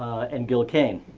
and gil kane.